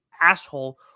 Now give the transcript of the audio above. asshole